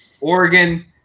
Oregon